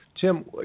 Tim